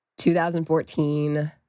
2014